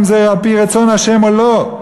אם זה על-פי רצון ה' או לא.